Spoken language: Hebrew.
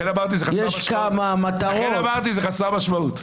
לכן אמרתי: זה חסר משמעות.